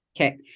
Okay